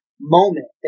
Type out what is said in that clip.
moment